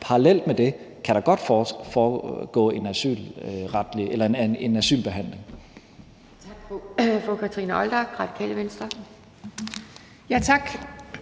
parallelt med det kan der godt foregå en asylbehandling.